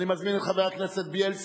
אני מזמין את חבר, הודעה?